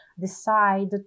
decide